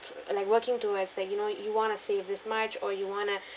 like working towards like you know you want to save this much or you want to